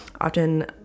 often